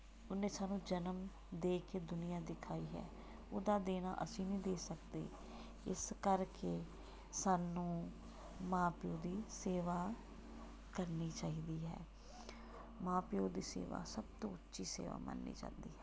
ਉਹਨੇ ਸਾਨੂੰ ਜਨਮ ਦੇ ਕੇ ਦੁਨੀਆਂ ਦਿਖਾਈ ਹੈ ਉਹਦਾ ਦੇਣਾ ਅਸੀਂ ਨਹੀਂ ਦੇ ਸਕਦੇ ਇਸ ਕਰਕੇ ਸਾਨੂੰ ਮਾਂ ਪਿਓ ਦੀ ਸੇਵਾ ਕਰਨੀ ਚਾਹੀਦੀ ਹੈ ਮਾਂ ਪਿਓ ਦੀ ਸੇਵਾ ਸਭ ਤੋਂ ਉੱਚੀ ਸੇਵਾ ਮੰਨੀ ਜਾਂਦੀ ਹੈ